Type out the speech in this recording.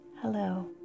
Hello